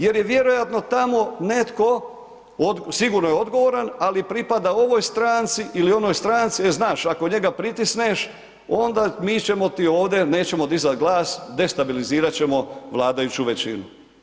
Jer je vjerojatno tamo netko, sigurno je odgovoran, ali pripada ovoj stranci ili onoj stranci, e znaš ako njega pritisneš onda mi ćemo ti ovdje, nećemo dizati glas destabilizirati ćemo vladajuću većinu.